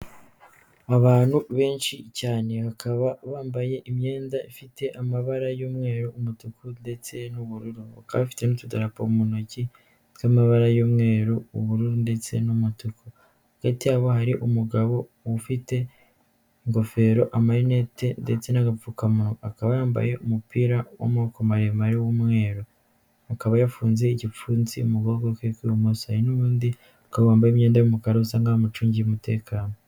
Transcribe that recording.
Abantu benshi cyane bakaba bambaye imyenda ifite amabara y'umweru, umutuku ndetse n'ubururu, bakaba bafite n'utudarapo mu ntoki tw'amabara y'umweru, ubururu ndetse n'umutuku. Hagati aho hari umugabo ufite ingofero, amarineti ndetse n'agapfukamuwa, akaba yambaye umupira w'amaboko maremare w'umweru, akaba yafunze igipfunsi mu kuboko kw'ibumoso, hari n'ubundi akaba yambaye imyenda y'umukara usa nk'aho amucungiye umutekano.